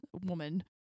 woman